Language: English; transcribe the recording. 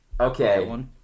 okay